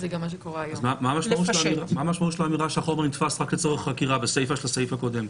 מה המשמעות של האמירה שהחומר נתפס רק לצורך חקירה בסיפה של הסעיף הקודם?